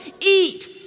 eat